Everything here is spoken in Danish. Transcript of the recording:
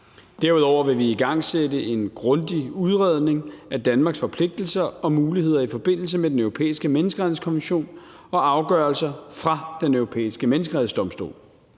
Derudover vil vi igangsætte en grundig udredning af Danmarks forpligtelser og muligheder i forbindelse med Den Europæiske Menneskerettighedskonvention og afgørelser fra Den Europæiske Menneskerettighedsdomstol.